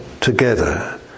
together